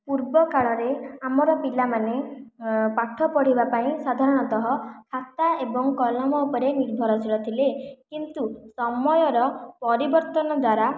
ପୂର୍ବ କାଳରେ ଆମର ପିଲାମାନେ ପାଠ ପଢ଼ିବା ପାଇଁ ସାଧାରଣତଃ ଖାତା ଏବଂ କଲମ ଉପରେ ନିର୍ଭରଶୀଳ ଥିଲେ କିନ୍ତୁ ସମୟର ପରିବର୍ତ୍ତନ ଦ୍ୱାରା